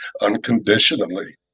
unconditionally